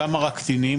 שלמה רק קטינים,